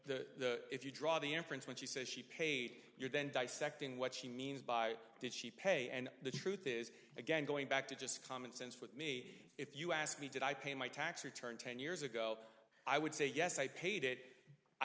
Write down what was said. the if you draw the inference when she says she paid you're then dissecting what she means by did she pay and the truth is again going back to just common sense for me if you ask me did i pay my tax return ten years ago i would say yes i paid it i